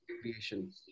creation